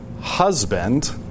husband